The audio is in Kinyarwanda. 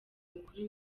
mukuru